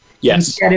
Yes